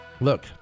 Look